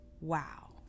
Wow